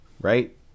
right